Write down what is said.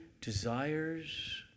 desires